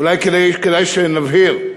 אולי כדאי שנבהיר,